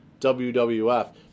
WWF